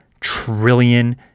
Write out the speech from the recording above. trillion